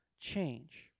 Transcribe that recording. change